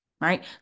right